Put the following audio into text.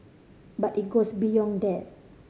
but it goes beyond that